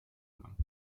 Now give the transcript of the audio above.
gelangen